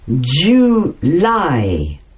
July